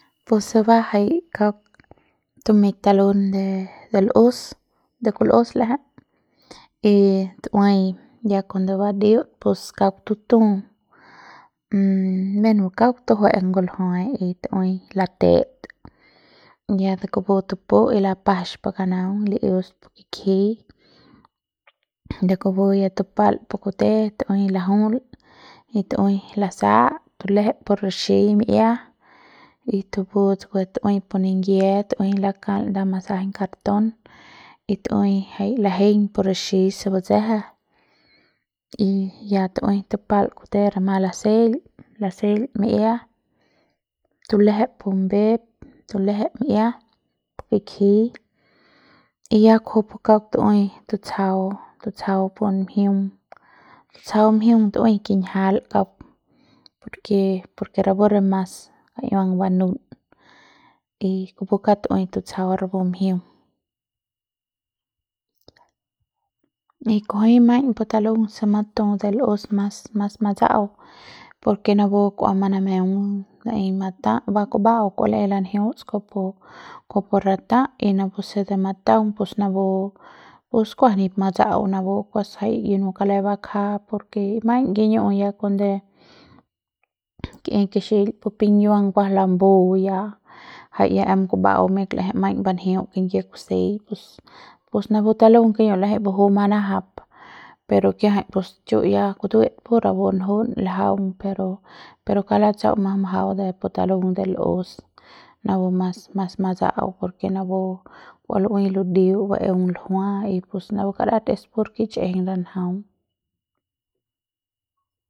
pus se ba jai kauk tumeik talun de de l'us de kul'us l'eje y tu'ui ya cuando badiu'ut pus kauk tutu'ut bueno kauk tujue'eng nguljue y tu'uiñ late'et y ya de kupu tupu y lapajax pu kanaung li'ius pu kikjiñ y de kupu ya tupal re kute tu'ui lajul y tu'ui lasa'at tulejep pu rixiñ mi'ia y tuvun tsukue tu'ui pu ningie tu'ui lakal nda masajaiñ cartón y tu'ui jai lajeiñ pu rixiñ se batseje y ya tu'ui tupal kute rama laseil, laseil mi'ia tulejep pumbe'ep tulejep mi'ia pu kikjiñ y ya kujupu kauk tu'ui tutsjau tutsjau pu mjiung tutsjaung mjiung tu'ui kinjial kauk por ke por ke rapu re mas kauk iuang banun y kupu kauk tu'ui tutsjau rapu mjiung. Y kujui maiñ pu talung se matu de l'us mas mas matsa'au por ke tapu kua manameung maei matá ba kumba'au kua laei lanjiuts kujupu kujupu ratá y napu se de mataung pus napu pus kuas nip matsa'au napu kuas jai inu kale bakja porke maiñ kiñu ya cuando ki'iñ kixil pu pikiuang kuas lambu ya jai ya em kumba'au miak la'eje maiñ banjiu kingie kusei pus pus napu talung kiñu'u l'eje baju manajap pero kiajai pus chu ya kutue'et pur rapu njun l'jaung pero pero kauk latsau mas majau de pu talun de l'us napu mas mas matsa'au por ke napu kua lu'ui ladiu baeung ljua y pus rapu karat es pur kich'ijiñ re njaung.